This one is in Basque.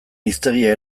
hiztegia